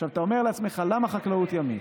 עכשיו אתה אומר לעצמך: למה חקלאות ימית?